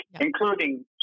including